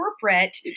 corporate